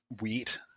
wheat